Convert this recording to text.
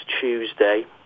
Tuesday